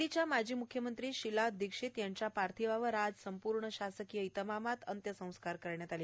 दिल्लीच्या माजी म्ख्यमंत्री शीला दिक्षित यांच्या पार्थिवावर आज संपूर्ण शासकीय इतमामात अंत्यसंस्कार करण्यात आले